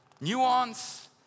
nuance